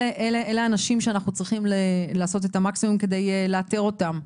אלו האנשים שאנחנו צריכים לעשות את המקסימום על מנת לאתר אותם.